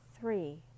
three